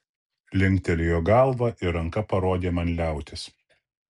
linktelėjo galva ir ranka parodė man liautis